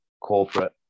corporate